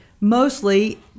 Mostly